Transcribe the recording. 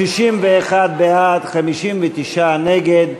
61 בעד, 59 נגד.